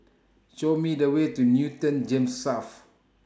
Show Me The Way to Newton Gems South